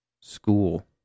school